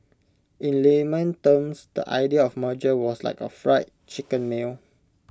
in layman terms the idea of merger was like A Fried Chicken meal